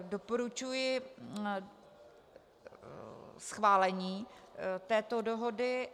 Doporučuji schválení této dohody.